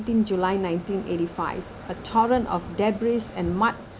nineteen july nineteen eighty five a torrent of debris and mud